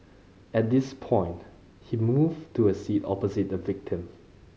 at this point he moved to a seat opposite the victim